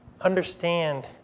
understand